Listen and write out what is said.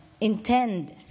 intend